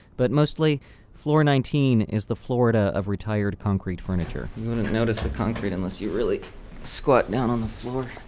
but mostly floor nineteen is the florida of retired concrete furniture you wouldn't notice the concrete unless you really squat down on the floor.